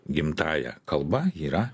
gimtąja kalba yra